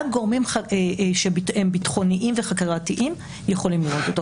רק גורמים ביטחוניים וחקירתיים יכולים לראות אותו.